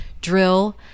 drill